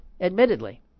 admittedly